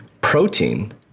protein